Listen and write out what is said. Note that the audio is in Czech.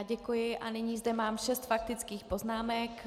Děkuji a nyní zde mám šest faktických poznámek.